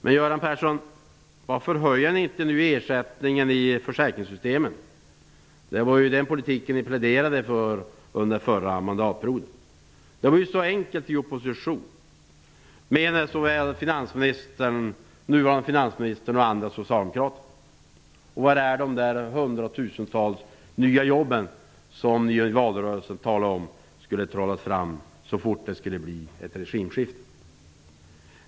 Men, Göran Persson, varför höjer ni nu inte ersättningen i försäkringssystemen? Det var ju den politiken ni pläderade för under förra mandatperioden. Det var ju så enkelt i opposition, menade den nuvarande finansministern och andra socialdemokrater. Och var är de hundratusentals nya jobb som ni i valrörelsen sade skulle trollas fram så fort det blev regimskifte?